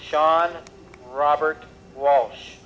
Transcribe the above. shawn robert walsh